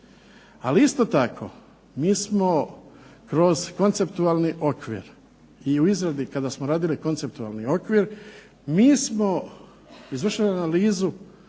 Ali isto tako, mi smo kroz konceptualni okvir i u izradi kada smo radili konceptualni okvir mi smo izvršili analizu